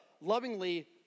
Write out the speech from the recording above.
lovingly